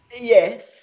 Yes